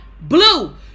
blue